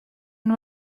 and